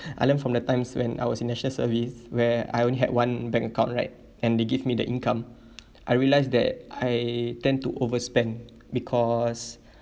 I learned from the times when I was in national service where I only had one bank account right and they give me the income I realised that I tend to overspend because